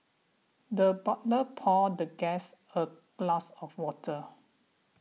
the butler poured the guest a glass of water